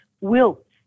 Wilt